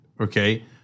okay